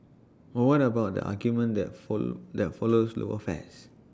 but one of own the argument that for that follows lower fares